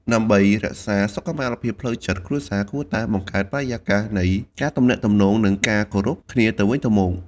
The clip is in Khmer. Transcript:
ដើម្បីរក្សាសុខុមាលភាពផ្លូវចិត្ត គ្រួសារគួរតែ បង្កើតបរិយាកាសនៃការទំនាក់ទំនង និងការគោរពគ្នាទៅវិញទៅមក។